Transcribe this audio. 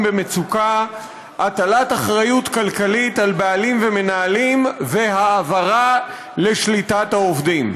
במצוקה (הטלת אחריות כלכלית על בעלים ומנהלים והעברה לשליטת העובדים).